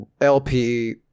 LP